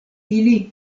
ili